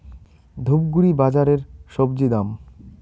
ধূপগুড়ি বাজারের স্বজি দাম?